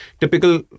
typical